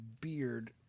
beard